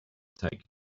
take